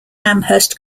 amherst